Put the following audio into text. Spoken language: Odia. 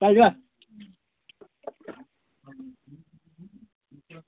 ଚାଲ ଯିବା